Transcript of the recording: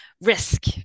risk